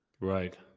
Right